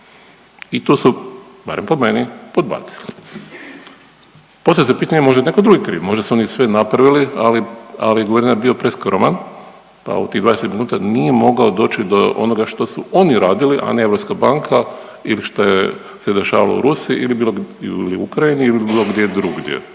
i tu su barem po meni podbacili. Postavlja se pitanje možda je netko drugi kriv, možda su oni sve napravili ali je guverner bio preskroman, pa u tih 20 minuta nije mogao doći do onoga što su oni radili, a ne Europska banka ili šta se dešavalo u Rusiji ili u Ukrajini ili bilo gdje drugdje.